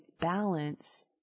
balance